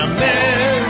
America